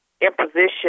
imposition